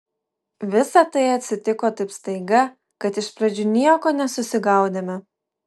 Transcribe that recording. visa tai atsitiko taip staiga kad iš pradžių nieko nesusigaudėme